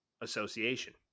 association